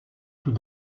tout